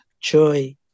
joy